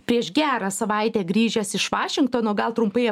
prieš gerą savaitę grįžęs iš vašingtono gal trumpai